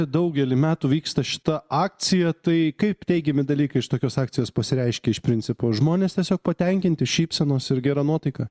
daugelį metų vyksta šita akcija tai kaip teigiami dalykai iš tokios akcijos pasireiškia iš principo žmonės tiesiog patenkinti šypsenos ir gera nuotaika